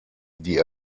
die